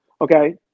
Okay